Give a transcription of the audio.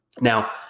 Now